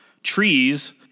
trees